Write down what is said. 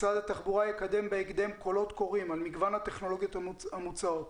משרד התחבורה יקדם בהקדם קולות קוראים על מגוון הטכנולוגיות המוצעות,